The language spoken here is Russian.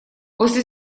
после